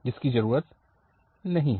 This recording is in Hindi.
इसकी जरूरत नहीं है